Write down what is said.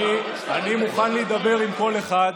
אני מוכן להידבר עם כל אחד.